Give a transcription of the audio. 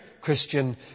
Christian